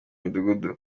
midugudu